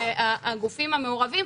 הגופים המעורבים,